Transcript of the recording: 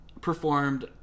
Performed